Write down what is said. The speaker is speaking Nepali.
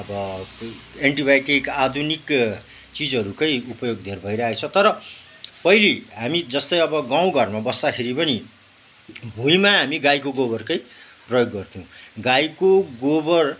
अब एन्टिबायोटिक आधुनिक चिजहरूकै उपयोग धेर भइरहेको छ पहिले हामी जस्तै अब गाउँघरमा बस्दाखेरि पनि भुइँमा हामी गाईको गोबरकै प्रयोग गर्थ्यौँ गाईको गोबर